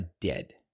dead